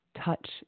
touch